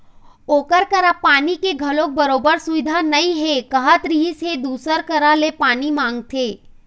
ओखर करा पानी के घलोक बरोबर सुबिधा नइ हे कहत रिहिस हे दूसर करा ले पानी मांगथे